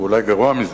ואולי גרוע מזה.